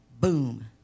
boom